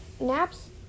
Naps